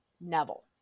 Neville